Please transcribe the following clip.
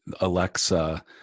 Alexa